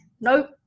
nope